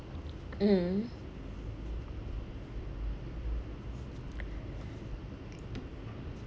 mm